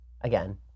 Again